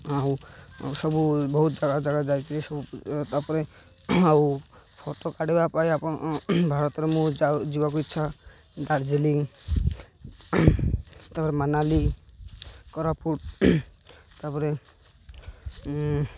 ଆଉ ସବୁ ବହୁତ ସାରା ଜାଗା ଯାଇଥିଲି ସବୁ ତାପରେ ଆଉ ଫଟୋ କାଢ଼ିବା ପାଇଁ ଆପଣ ଭାରତରେ ମୁଁ ଯିବାକୁ ଇଚ୍ଛା ଦାର୍ଜିଲିଂ ତା'ପରେ ମନାଲି କୋରାପୁଟ ତା'ପରେ